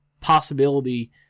possibility